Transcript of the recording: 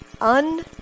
un